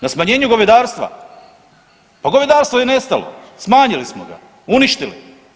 Na smanjenju govedarstva, pa govedarstvo je nestalo smanjili smo ga, uništili.